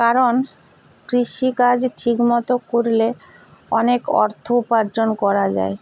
কারণ কৃষিকাজ ঠিক মতো করলে অনেক অর্থ উপার্জন করা যায়